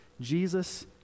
Jesus